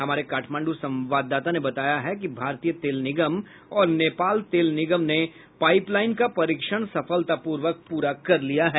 हमारे काठमांडू संवाददाता ने बताया है कि भारतीय तेल निगम और नेपाल तेल निगम ने पाइपलाइन का परीक्षण सफलतापूर्वक पूरा कर लिया है